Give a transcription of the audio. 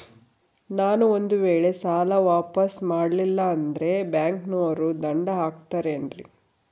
ನಾನು ಒಂದು ವೇಳೆ ಸಾಲ ವಾಪಾಸ್ಸು ಮಾಡಲಿಲ್ಲಂದ್ರೆ ಬ್ಯಾಂಕನೋರು ದಂಡ ಹಾಕತ್ತಾರೇನ್ರಿ?